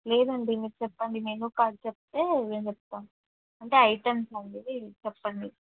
లేదండి మీరు చెప్పండి మెనూ కార్డ్ చెప్తే మేము చెప్తాం అంటే ఐటమ్స్ లాంటిది చెప్పండి